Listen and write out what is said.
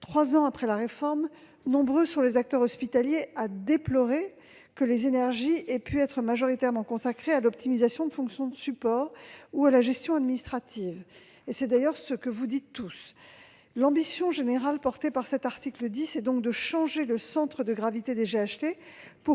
trois ans après la réforme, nombreux sont les acteurs hospitaliers à déplorer que les énergies aient pu être majoritairement consacrées à l'optimisation de fonctions de support ou à la gestion administrative. L'ambition générale qui sous-tend l'article 10 est donc de déplacer le centre de gravité des GHT pour